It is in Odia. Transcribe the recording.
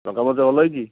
ଲଙ୍କା ମରୀଚ ଭଲ ହୋଇଛି